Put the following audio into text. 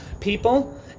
people